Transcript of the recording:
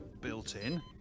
built-in